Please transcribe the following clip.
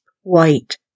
white